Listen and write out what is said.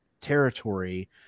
territory